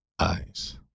eyes